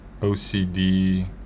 OCD